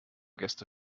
gäste